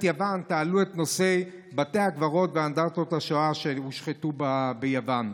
יוון תעלו את נושא בתי הקברות ואנדרטת השואה שהושחתו ביוון.